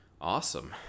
awesome